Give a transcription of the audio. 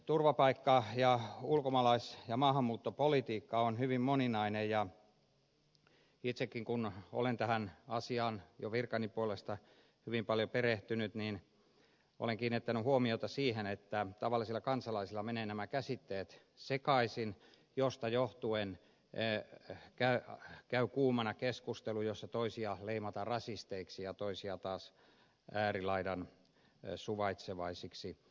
turvapaikka ja ulkomaalais ja maahanmuuttopolitiikka on hyvin moninainen ja itsekin kun olen tähän asiaan jo virkani puolesta hyvin paljon perehtynyt niin olen kiinnittänyt huomiota siihen että tavallisella kansalaisella menevät nämä käsitteet sekaisin josta johtuen käy kuumana keskustelu jossa toisia leimataan rasisteiksi ja toisia taas äärilaidan suvaitsevaisiksi